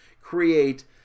create